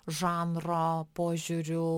žanro požiūriu